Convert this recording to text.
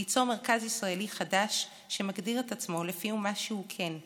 ליצור מרכז ישראלי חדש שמגדיר את עצמו לפי מה שהוא כן,